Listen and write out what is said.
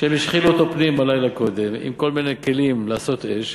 שהם השחילו אותו פנימה לילה קודם עם כל מיני כלים לעשות אש,